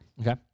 Okay